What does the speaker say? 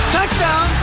touchdown